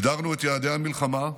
הגדרנו את יעדי המלחמה,